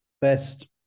best